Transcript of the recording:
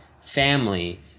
family